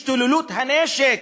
את השתוללות הנשק?